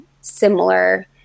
similar